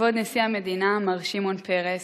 כבוד נשיא המדינה מר שמעון פרס,